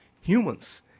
humans